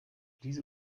diese